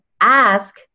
ask